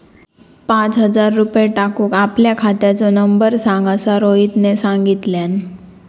पाच हजार रुपये टाकूक आपल्या खात्याचो नंबर सांग असा रोहितने सांगितल्यान